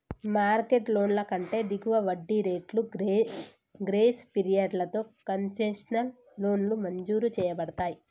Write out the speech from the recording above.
market లోన్ల కంటే దిగువ వడ్డీ రేట్లు, గ్రేస్ పీరియడ్లతో కన్సెషనల్ లోన్లు మంజూరు చేయబడతయ్